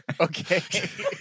okay